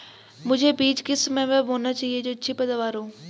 मुझे बीज किस समय पर बोना चाहिए जो अच्छी पैदावार हो?